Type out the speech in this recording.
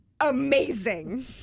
amazing